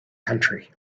country